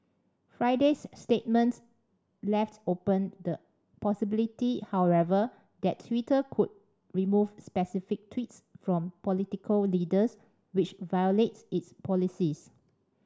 Friday's statement left open the possibility however that Twitter could remove specific tweets from political leaders which violate its policies